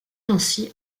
ainsi